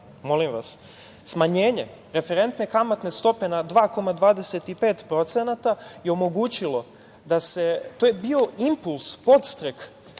evra. Smanjenje referentne kamatne stope na 2,25% je omogućilo da se, to je bio impuls, podstrek